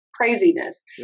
craziness